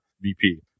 VP